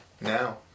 Now